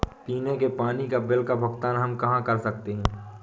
पीने के पानी का बिल का भुगतान हम कहाँ कर सकते हैं?